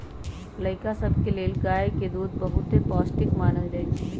लइका सभके लेल गाय के दूध बहुते पौष्टिक मानल जाइ छइ